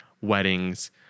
weddings